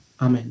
Amen